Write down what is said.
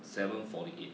seven forty eight